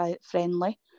friendly